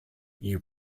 you